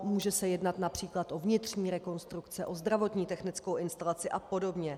Může se jednat například o vnitřní rekonstrukce, o zdravotní technickou instalaci a podobně.